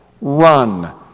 run